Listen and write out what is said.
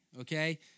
okay